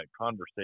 conversation